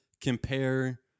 compare